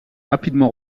rapidement